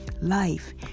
Life